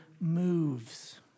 moves